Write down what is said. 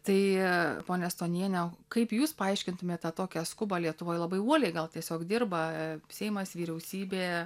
tai ponia stoniene kaip jūs paaiškintumėt tokią skubą lietuvoj labai uoliai gal tiesiog dirba seimas vyriausybė